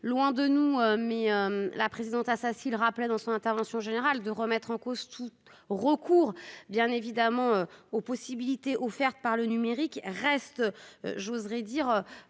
loin de nous, mais la présidente ça si le rappelait dans son intervention générale de remettre en cause tout recours bien évidemment aux possibilités offertes par le numérique reste j'oserais dire